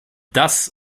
das